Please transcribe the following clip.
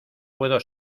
puedo